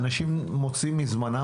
אנשים מוציאים מזמנם,